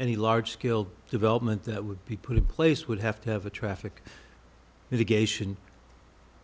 any large skilled development that would be put in place would have to have a traffic is a geisha